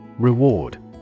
Reward